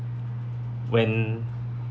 when